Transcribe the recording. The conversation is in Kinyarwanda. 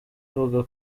avuga